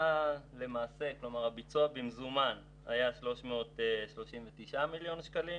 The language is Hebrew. הביצוע במזומן היה 339 מיליון שקלים